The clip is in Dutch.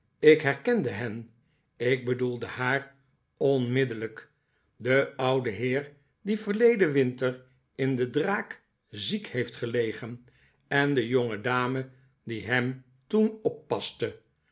ik herkende hen ik bedoel haar onmiddellijk de oude heer die verleden winter in de draak ziek heeft gelegen en de jongedame die hem toen oppaste